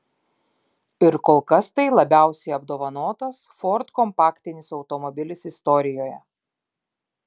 ir kol kas tai labiausiai apdovanotas ford kompaktinis automobilis istorijoje